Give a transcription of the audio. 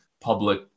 public